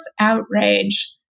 outrage